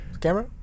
camera